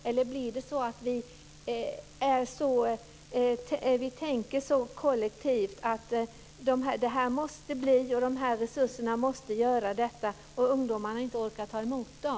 Eller tänker vi så kollektivt i fråga om vad resurserna ska leda till att ungdomarna inte orkar ta emot dem?